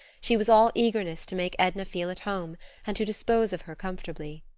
she was all eagerness to make edna feel at home and to dispose of her comfortably.